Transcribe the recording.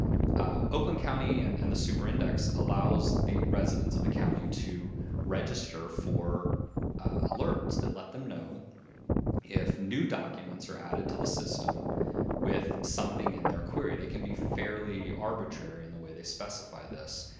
ah oakland county and and the super index allows the residents of the county to register for alerts that let them know if new documents are added to the system with something in their query. they can be fairly arbitrary in the way they specify this.